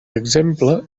exemple